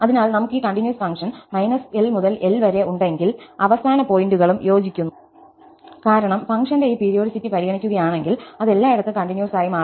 അതിനാൽ നമുക്ക് ഈ കണ്ടിന്യൂസ് ഫംഗ്ഷൻ L മുതൽ L വരെ ഉണ്ടെങ്കിൽ അവസാന പോയിന്റുകളും യോജിക്കുന്നു കാരണം ഫംഗ്ഷന്റെ ഈ പീരിയോഡിസിറ്റി പരിഗണിക്കുകയാണെങ്കിൽ അത് എല്ലായിടത്തും കണ്ടിന്യൂസ് ആയി മാറുന്നു